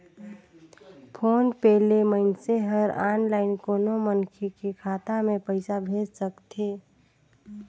phone पे ले मइनसे हर आनलाईन कोनो मनखे के खाता मे पइसा भेज सकथे